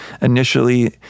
initially